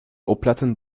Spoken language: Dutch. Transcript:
opletten